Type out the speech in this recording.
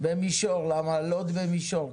לוד במישור.